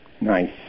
Nice